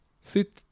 sit